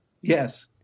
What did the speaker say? Yes